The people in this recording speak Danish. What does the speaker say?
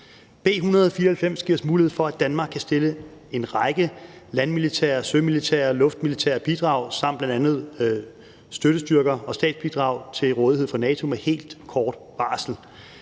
B 194 giver os en mulighed for, at Danmark kan stille en række landmilitære, sømilitære og luftmilitære bidrag samt bl.a. støttestyrker og stabsbidrag til rådighed for NATO med helt kort varsel,